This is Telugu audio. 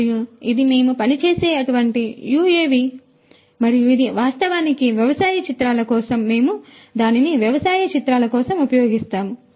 మరియు ఇది మేము పనిచేసే అటువంటి UAV మరియు ఇది వాస్తవానికి వ్యవసాయ చిత్రాల కోసం మేము దానిని వ్యవసాయ చిత్రాల కోసం ఉపయోగిస్తాము